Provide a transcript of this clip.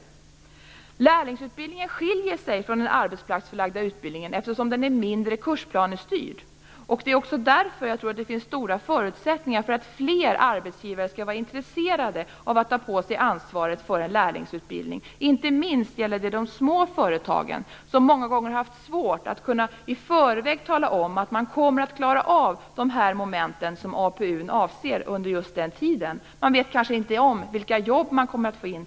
Lärlingsutbildningen skiljer sig från den arbetsplatsförlagda utbildningen eftersom den är mindre kursplanestyrd. Det är också därför jag tror att det finns stora förutsättningar för att fler arbetsgivare skall vara intresserade av att ta på sig ansvaret för en lärlingsutbildning. Inte minst gäller det de små företagen som många gånger har haft svårt att i förväg tala om att de kommer att klara av de moment som APU:n avser på en viss tid. Man vet kanske inte vilka jobb man kommer att få in.